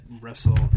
wrestle